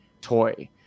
toy